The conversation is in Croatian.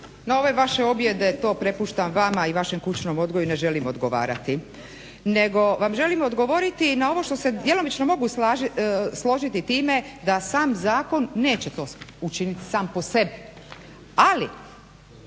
Ove vaše objede to prepuštam vama i vašem kućnom odgoju i ne želim odgovarati. Nego vam želim odgovoriti na ovo što se djelomično mogu složiti time da sam zakon neće to učiniti sam po sebi. Ali